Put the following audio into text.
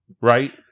Right